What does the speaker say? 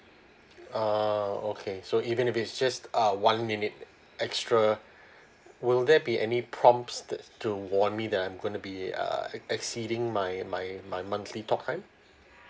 ah okay so even if it's just uh one minute extra will there be any prompts that to warn me that I'm gonna be uh exceeding my my my monthly talk time